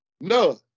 No